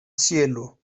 cielo